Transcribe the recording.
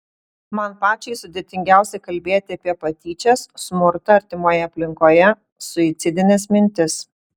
man pačiai sudėtingiausia kalbėti apie patyčias smurtą artimoje aplinkoje suicidines mintis